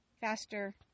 faster